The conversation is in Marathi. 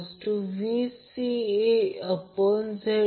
तर या प्रकरणात ज्याला आपण सोर्स म्हणतो ते ∆ आहे परंतु लोड आहे